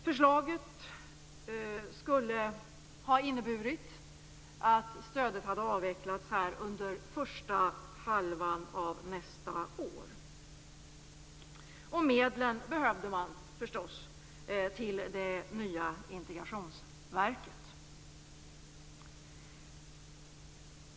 Förslaget skulle ha inneburit att stödet hade avvecklats under första halvan av nästa år. Medlen behövde man förstås till det nya integrationsverket.